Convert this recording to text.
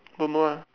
don't know ah